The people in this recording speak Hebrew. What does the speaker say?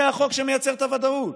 זה החוק שמייצר את הוודאות.